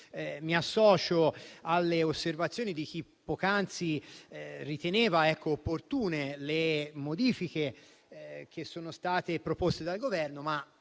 Mi associo infatti alle osservazioni di chi poc'anzi riteneva opportune le modifiche che sono state proposte dal Governo, ma